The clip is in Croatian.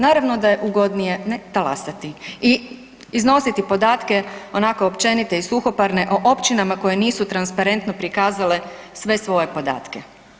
Naravno da je ugodnije ne talasati i iznositi podatke onako općenite i suhoparne o općinama koje nisu transparentno prikazale sve svoje podatke.